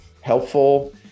helpful